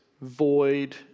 void